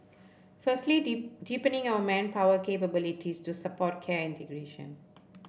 firstly deep deepening our manpower capabilities to support care integration